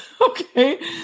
Okay